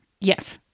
Yes